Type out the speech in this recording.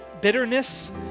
bitterness